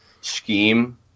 scheme